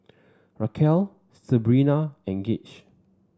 Raquel Sabrina and Gage